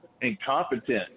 Incompetent